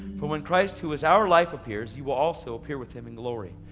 for when christ, who is our life, appears, you will also appear with him in glory.